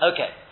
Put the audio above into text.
Okay